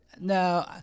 no